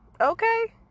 okay